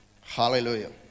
Hallelujah